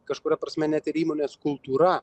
kažkuria prasme net ir įmonės kultūra